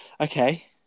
okay